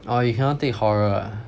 oh you cannot take horror ah